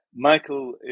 Michael